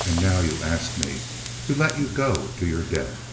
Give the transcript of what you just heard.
and now you ask me to let you go to your death